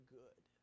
good